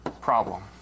problem